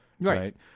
Right